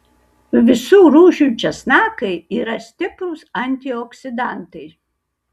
visų rūšių česnakai yra stiprūs antioksidantai